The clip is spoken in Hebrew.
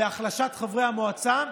להחלשת חברי המועצה.